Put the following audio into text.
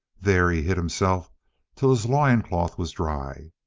there he hid himself till his loin cloth was dry.